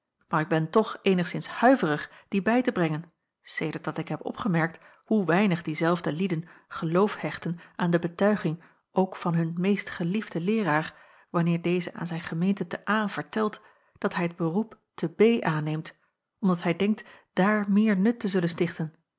maar ik ben toch eenigszins huiverig die bij te brengen sedert dat ik heb opgemerkt hoe weinig diezelfde lieden geloof hechten aan de betuiging ook van hun meest geliefden leeraar wanneer deze aan zijn gemeente te a vertelt dat hij het beroep te b aanneemt omdat hij denkt daar meer nut te zullen stichten